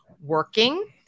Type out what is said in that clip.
working